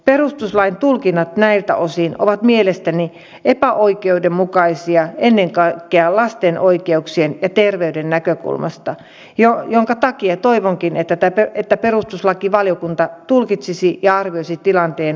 perustuslain tulkinnat näiltä osin ovat mielestäni epäoikeudenmukaisia ennen kaikkea lasten oikeuksien ja terveyden näkökulmasta minkä takia toivonkin että perustuslakivaliokunta tulkitsisi ja arvioisi tilanteen uudestaan